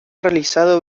realizado